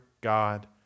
God